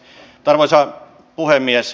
arvoisa puhemies